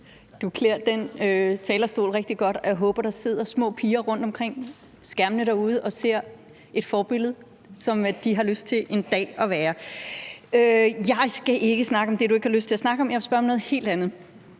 klæder den talerstol rigtig godt, og jeg håber, at der sidder små piger rundtomkring foran skærmene derude og ser et forbillede på det, de har lyst til en dag at være. Jeg skal ikke snakke om det, du ikke har lyst til at snakke om – jeg vil spørge om noget helt andet.